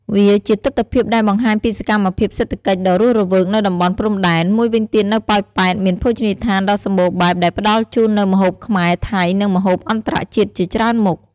វាជាទិដ្ឋភាពដែលបង្ហាញពីសកម្មភាពសេដ្ឋកិច្ចដ៏រស់រវើកនៅតំបន់ព្រំដែន មួយវិញទៀតនៅប៉ោយប៉ែត មាន ភោជនីយដ្ឋាន ដ៏សម្បូរបែបដែលផ្តល់ជូននូវម្ហូបខ្មែរ ថៃ និងម្ហូបអន្តរជាតិជាច្រើនមុខ។